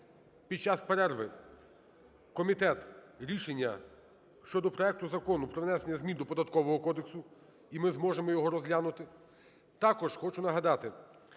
під час перерви комітет рішення щодо проекту Закону про внесення змін до Податкового кодексу, і ми зможемо його розглянути. Також хочу нагадати,